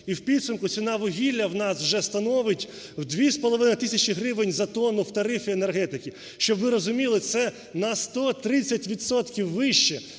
І у підсумку ціна вугілля у нас вже становить 2,5 тисячі гривень за тонну в тарифі енергетики. Щоб ви розуміли, це на 130